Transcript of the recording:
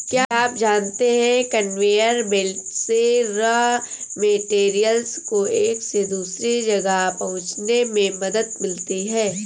क्या आप जानते है कन्वेयर बेल्ट से रॉ मैटेरियल्स को एक से दूसरे जगह पहुंचने में मदद मिलती है?